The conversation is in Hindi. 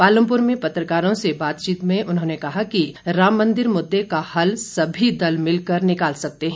पालमपुर में पत्रकारों से बातचीत में उन्होंने कहा कि राम मन्दिर मुददे का हल सभी दल मिलकर निकाल सकते हैं